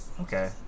okay